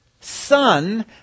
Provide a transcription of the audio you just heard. son